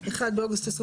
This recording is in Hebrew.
סעיף 33 בעמוד